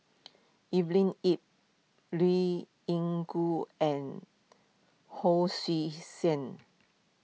Evelyn Ip Liew Yingru and Hon Sui Sen